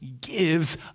gives